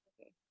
Okay